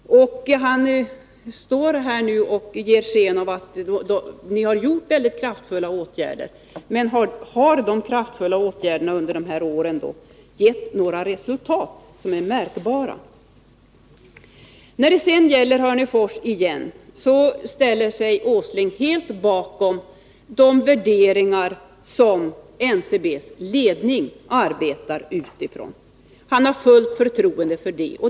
Industriministern ger sken av att regeringen har vidtagit kraftfulla åtgärder. Men har då dessa åtgärder givit några resultat som är märkbara? När det gäller Hörnefors ställer sig Nils Åsling helt bakom de värderingar som NCB:s ledning arbetar utifrån. Han har fullt förtroende för ledningen.